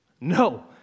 No